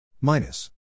minus